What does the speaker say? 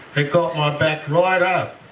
it got my back right up.